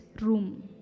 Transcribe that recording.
room